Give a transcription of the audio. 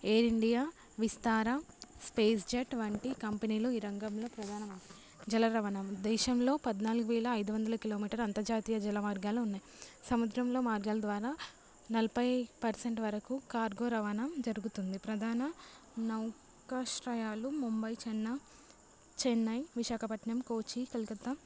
air India Vistara SpiceJet వంటి కంపెనీలు ఈ రంగంలో ప్రధానం జల రవాణా దేశంలో పద్నాలుగు వేల ఐదు వందల కిలోమీటర్ అంతర్జాతీయ జల మార్గాలు ఉన్నాయి సముద్రంలో మార్గాల ద్వారా నలభై పర్సెంట్ వరకు కార్గో రవాణా జరుగుతుంది ప్రధాన నౌకాశ్రయాలు ముంబై చెన్న చెన్నై విశాఖపట్నం కోచి కోల్కత్తా